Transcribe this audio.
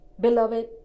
Beloved